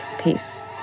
Peace